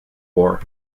war